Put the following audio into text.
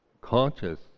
Conscious